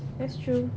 that's true